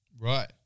Right